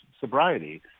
sobriety